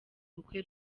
ubukwe